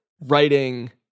writing